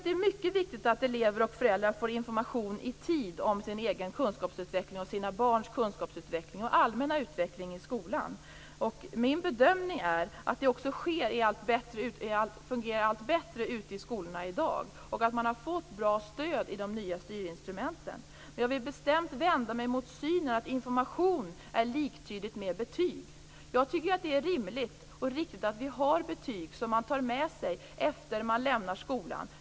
Det är mycket viktigt att elever och föräldrar får information i tid om elevernas kunskapsutveckling och allmänna utveckling i skolan. Min bedömning är att det också fungerar allt bättre ute i skolorna i dag och att man har fått ett bra stöd i de nya styrinstrumenten. Jag vill bestämt vända mig mot synen att information är liktydigt med betyg. Det är rimligt och riktigt att vi har betyg som eleverna tar med sig efter det att de har lämnat skolan.